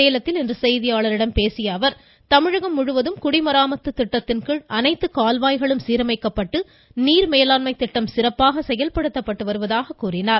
சேலத்தில் இன்று செய்தியாளர்களிடம் பேசிய அவர் தமிழகம் முழுவதும் குடிமராமத்து திட்டத்தின்கீழ் அனைத்து கால்வாய்களும் சீரமைக்கப்பட்டு நீா மேலாண்மை திட்டம் சிறப்பாக செயல்படுத்தப்பட்டு வருவதாக கூறினார்